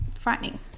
frightening